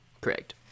Correct